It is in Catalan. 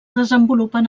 desenvolupen